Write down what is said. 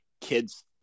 kids